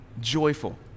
joyful